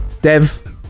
Dev